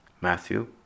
Matthew